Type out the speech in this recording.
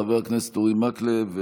חבר הכנסת אורי מקלב.